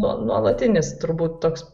nu nuolatinis turbūt toks